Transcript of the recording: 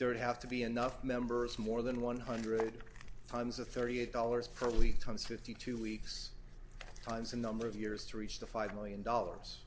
there would have to be enough members more than one hundred times a thirty eight dollars per week times fifty two weeks times a number of years to reach the five million dollars